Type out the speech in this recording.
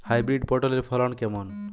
Hybrid পটলের ফলন কেমন?